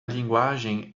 linguagem